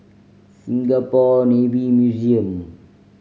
Singapore Navy Museum